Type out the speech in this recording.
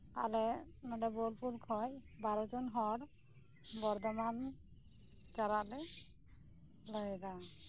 ᱟᱞᱮ ᱱᱚᱸᱰᱮ ᱵᱳᱞᱯᱩᱨᱠᱷᱚᱱ ᱵᱟᱨᱚᱡᱚᱱ ᱦᱚᱲ ᱵᱚᱨᱫᱷᱚᱢᱟᱱ ᱪᱟᱞᱟᱜ ᱞᱮ ᱞᱟᱹᱭᱮᱫᱟ